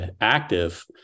active